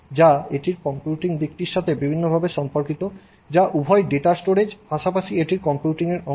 যা এটির কম্পিউটিং দিকটির সাথে বিভিন্ন উপায়ে সম্পর্কিত যা উভয় ডেটা স্টোরেজ পাশাপাশি এটির কমপিউটিংয়ের অংশ